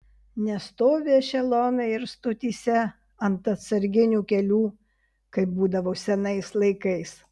nestovi ešelonai ir stotyse ant atsarginių kelių kaip būdavo senais laikais